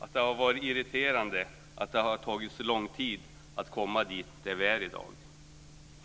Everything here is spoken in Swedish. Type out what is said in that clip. att det har varit irriterande att det har tagit så lång tid att komma dit där vi är i dag.